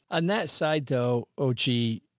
on that side though. oh, gee,